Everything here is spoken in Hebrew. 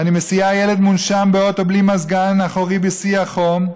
אני מסיעה ילד מונשם באוטו בלי מזגן אחורי בשיא החום.